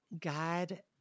God